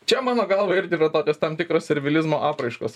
čia mano galva irgi yra tokios tam tikros servilizmo apraiškos